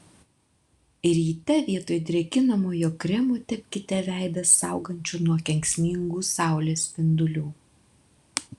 ryte vietoj drėkinamojo kremo tepkite veidą saugančiu nuo kenksmingų saulės spindulių